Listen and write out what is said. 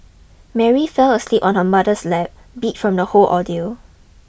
Mary fell asleep on her mother's lap beat from the whole ordeal